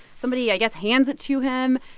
somebody, i guess, hands it to him.